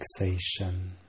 relaxation